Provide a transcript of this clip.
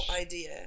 idea